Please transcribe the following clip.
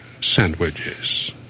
sandwiches